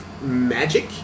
magic